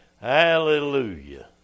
Hallelujah